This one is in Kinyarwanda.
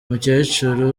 umukecuru